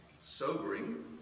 sobering